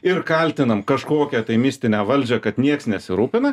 ir kaltinam kažkokią mistinę valdžią kad nieks nesirūpina